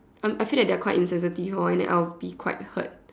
I'm I feel that they're quite insensitive or and then I'll be quite hurt